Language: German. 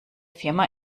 firma